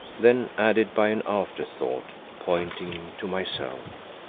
then added by an after-thought, pointing to myself